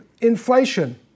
inflation